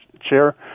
chair